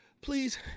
Please